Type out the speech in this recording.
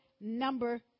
number